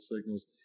signals